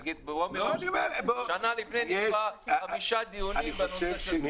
תגיד: שנה לפני נקבע חמישה דיונים בנושא של שיחות.